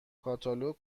کاتالوگ